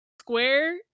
square